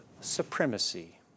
supremacy